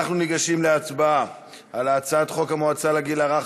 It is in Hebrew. אנחנו ניגשים להצבעה על הצעת חוק המועצה לגיל הרך,